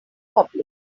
public